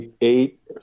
eight